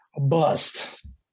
bust